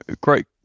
great